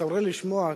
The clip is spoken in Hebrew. מצער לשמוע,